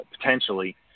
potentially